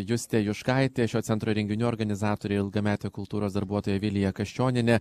justė juškaitė šio centro renginių organizatorė ilgametė kultūros darbuotoja vilija kaščionienė